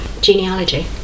genealogy